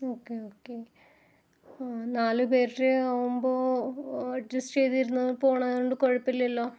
okay okay നാല് പേരുടെ ആകുമ്പോൾ അഡ്ജസ്റ്റ് ചെയ്ത് ഇരുന്ന് പോകുന്നത് കൊണ്ട് കുഴപ്പമില്ലല്ലൊ